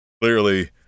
clearly